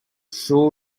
show